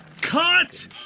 Cut